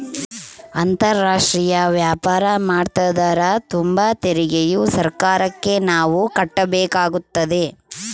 ಅಂತಾರಾಷ್ಟ್ರೀಯ ವ್ಯಾಪಾರ ಮಾಡ್ತದರ ತುಂಬ ತೆರಿಗೆಯು ಸರ್ಕಾರಕ್ಕೆ ನಾವು ಕಟ್ಟಬೇಕಾಗುತ್ತದೆ